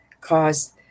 caused